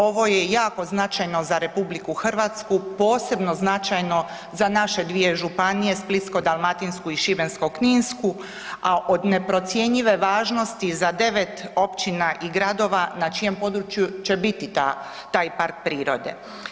Ovo je jako značajno za RH, posebno značajno za naše dvije županije Splitsko-dalmatinsku i Šibensko-kninsku, a od neprocjenjive važnosti za 9 općina i gradova na čijem području će biti taj park prirode.